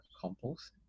compost